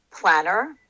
planner